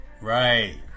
Right